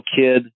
kid